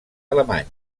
alemany